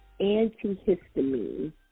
antihistamine